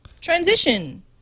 transition